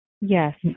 Yes